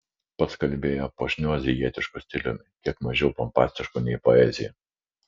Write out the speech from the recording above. pats kalbėjo puošniu azijietišku stiliumi kiek mažiau pompastišku nei poezija